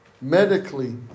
Medically